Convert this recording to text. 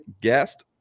guest